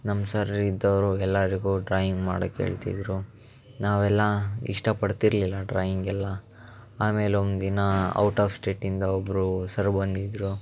ನಮ್ಮ ಸರ್ ಇದ್ದವರು ಎಲ್ಲರಿಗೂ ಡ್ರಾಯಿಂಗ್ ಮಾಡಕ್ಕೆ ಹೇಳ್ತಿದ್ದರು ನಾವೆಲ್ಲ ಇಷ್ಟಪಡ್ತಿರಲಿಲ್ಲ ಡ್ರಾಯಿಂಗೆಲ್ಲ ಆಮೇಲೆ ಒಂದಿನ ಔಟ್ ಆಫ್ ಸ್ಟೇಟಿಂದ ಒಬ್ಬರು ಸರ್ ಬಂದಿದ್ದರು